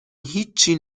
هیچی